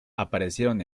aparecieron